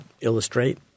illustrate